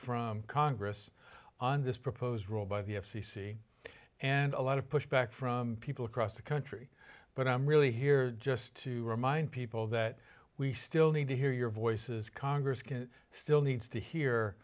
from congress on this proposed rule by the f c c and a lot of pushback from people across the country but i'm really here just to remind people that we still need to hear your voices congress can still needs to hear